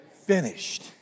finished